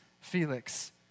Felix